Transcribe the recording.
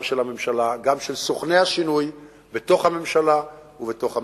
גם של הממשלה וגם של סוכני השינוי בתוך הממשלה ובתוך המשרדים.